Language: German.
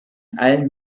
allen